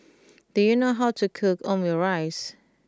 do you know how to cook Omurice